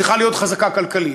צריכה להיות חזקה כלכלית.